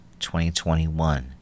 2021